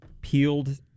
peeled